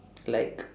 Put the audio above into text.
like